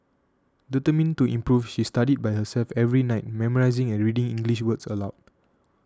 determined to improve she studied by herself every night memorising and reading English words aloud